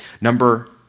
Number